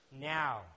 now